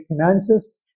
finances